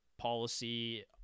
policy